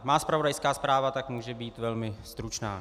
Má zpravodajská zpráva tak může být velmi stručná.